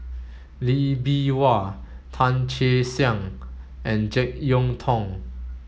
Lee Bee Wah Tan Che Sang and Jek Yeun Thong